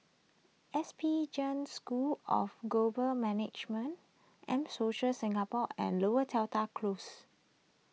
S P Jain School of Global Management M Social Singapore and Lower Seletar Close